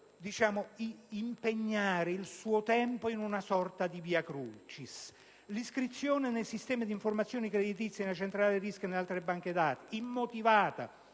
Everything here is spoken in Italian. impegnare il suo tempo in una sorta di *via crucis*. L'iscrizione nei sistemi di informazioni creditizie, nelle centrali rischi e nelle altre banche dati, immotivata